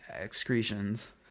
excretions